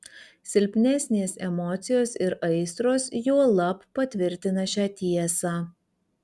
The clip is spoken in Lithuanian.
silpnesnės emocijos ir aistros juolab patvirtina šią tiesą